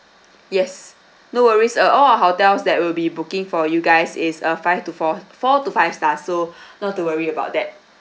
yes no worries uh all our hotels that will be booking for you guys is a five to four four to five stars so not to worry about that